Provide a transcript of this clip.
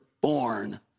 born